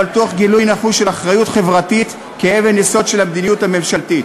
אבל תוך גילוי נחוש של אחריות חברתית כאבן יסוד של המדיניות הממשלתית.